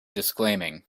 disclaiming